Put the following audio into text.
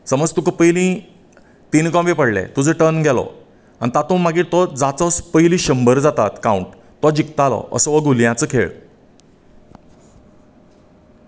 समज तुकां पयलीं तीन कोंबें पडलें तुजो टर्न गेलो आनी तातूंत भितर मागीर जाचो पयली शंबर जातात काउंन्ट तो जिकतालो असो हो गुलयांचो खेळ